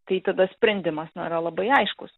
tai tada sprendimas na yra labai aiškus